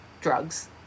drugs